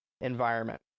environment